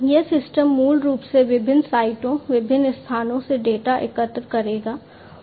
ये सिस्टम मूल रूप से विभिन्न साइटों विभिन्न स्थानों से डेटा एकत्र करेगा